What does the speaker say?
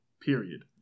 Period